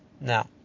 Now